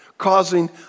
causing